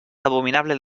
abominable